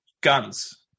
Guns